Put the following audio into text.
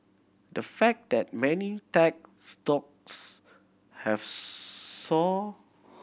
the fact that many tech stocks have soared